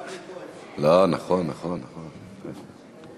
לא, נכון, נכון, נכון.